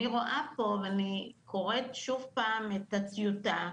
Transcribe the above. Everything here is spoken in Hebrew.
אני רואה פה ואני קוראת שוב פעם את הטיוטה,